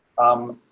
um,